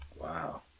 Wow